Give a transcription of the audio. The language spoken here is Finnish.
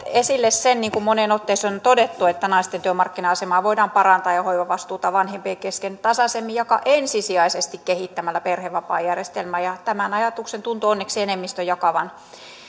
esille sen niin kuin moneen otteeseen on todettu että naisten työmarkkina asemaa voidaan parantaa ja hoivavastuuta vanhempien kesken tasaisemmin jakaa ensisijaisesti kehittämällä perhevapaajärjestelmää tämän ajatuksen tuntuu onneksi enemmistö jakavan